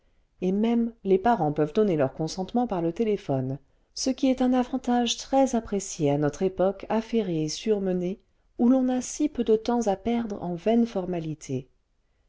et même les parents peuvent donner leur consentement par le téléphone ce qui est un avantage très apprécié à notre époque affairée et surmenée où l'on a si peu de temps à perdre en vaines formalités